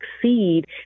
succeed